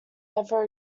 never